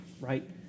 right